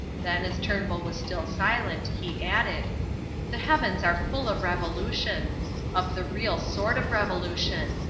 then, as turnbull was still silent, he added the heavens are full of revolution of the real sort of revolution.